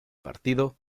partido